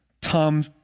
Tom